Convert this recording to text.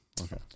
okay